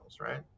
right